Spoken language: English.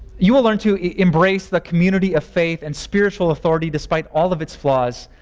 you will learn to embrace the community of faith and spiritual authority despite all of its flaws.